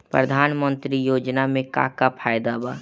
प्रधानमंत्री योजना मे का का फायदा बा?